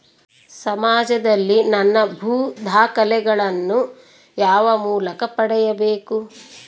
ಸಮಾಜದಲ್ಲಿ ನನ್ನ ಭೂ ದಾಖಲೆಗಳನ್ನು ಯಾವ ಮೂಲಕ ಪಡೆಯಬೇಕು?